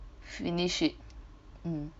initiate mm